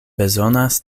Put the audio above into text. bezonas